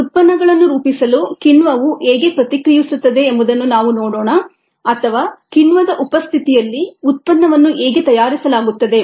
ಉತ್ಪನ್ನಗಳನ್ನು ರೂಪಿಸಲು ಕಿಣ್ವವು ಹೇಗೆ ಪ್ರತಿಕ್ರಿಯಿಸುತ್ತದೆ ಎಂಬುದನ್ನು ನಾವು ನೋಡೋಣ ಅಥವಾ ಕಿಣ್ವದ ಉಪಸ್ಥಿತಿಯಲ್ಲಿ ಉತ್ಪನ್ನವನ್ನು ಹೇಗೆ ತಯಾರಿಸಲಾಗುತ್ತದೆ